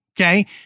okay